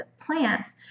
plants